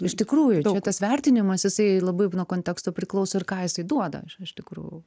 iš tikrųjų čia tas vertinimas jisai labai nuo konteksto priklauso ir ką jisai duoda iš tikrųjų